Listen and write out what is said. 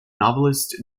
novelist